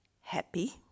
happy